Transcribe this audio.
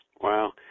Wow